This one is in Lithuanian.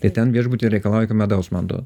tai ten viešbutyje reikalauju kad medaus man duotų